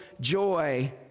joy